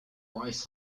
rice